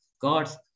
God's